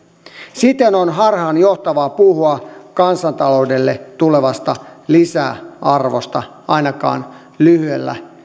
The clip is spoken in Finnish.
siten on harhaanjohtavaa puhua kansantaloudelle tulevasta lisäarvosta ainakaan lyhyellä